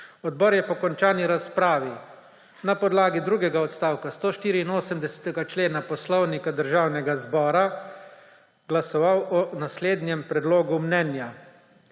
Odbor je po končani razpravi na podlagi drugega odstavka 184. člena Poslovnika Državnega zbora glasoval o naslednjem predlogu mnenja: